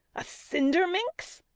a cinder-minx?